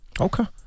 Okay